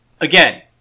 again